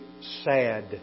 sad